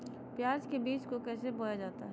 प्याज के बीज को कैसे बोया जाता है?